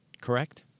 correct